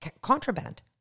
contraband